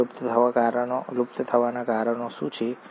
અને લુપ્ત થવાના કારણો શું છે